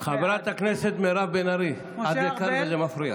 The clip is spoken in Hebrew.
בעד חברת הכנסת מירב בן ארי, זה מפריע.